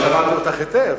אני שמעתי אותך היטב.